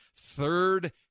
third